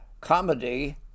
comedy